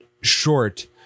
short